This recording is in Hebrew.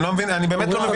אני באמת לא מבין.